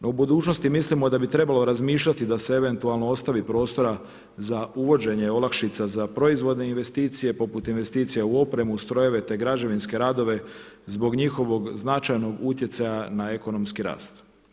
No u budućnosti mislimo da bi trebalo razmišljati da se eventualno ostavi prostora za uvođenje olakšica za proizvodne investicije poput investicija u opremu, strojeve te građevinske radove zbog njihovog značajnog utjecaja na ekonomski rast.